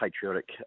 patriotic